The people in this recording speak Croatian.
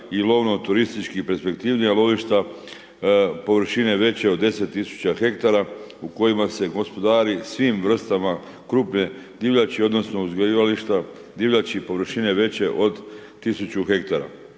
i lovno-turistički perspektivnija lovišta površine veće od 10 000 ha, u kojima se gospodari svim vrstama krupne divljači odnosno uzgajališta divljači površine veće 1000 ha.